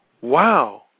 wow